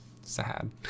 sad